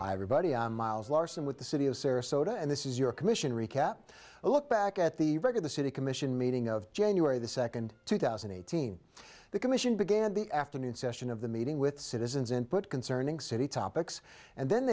a buddy miles larson with the city of sarasota and this is your commission recap a look back at the record the city commission meeting of january the second two thousand and eighteen the commission began the afternoon session of the meeting with citizens input concerning city topics and then